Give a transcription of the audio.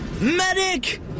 Medic